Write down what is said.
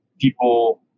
people